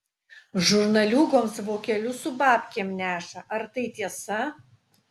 žurnaliūgoms vokelius su babkėm neša ar tai tiesa